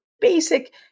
basic